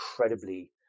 incredibly